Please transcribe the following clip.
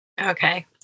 Okay